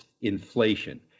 inflation